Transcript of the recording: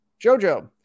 JoJo